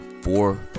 four